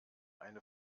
eine